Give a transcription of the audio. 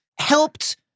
helped